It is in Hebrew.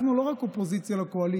אנחנו לא רק אופוזיציה לקואליציה,